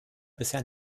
bisher